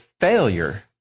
failure